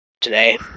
today